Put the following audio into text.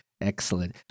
Excellent